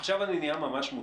עכשיו אני ממש מודאג.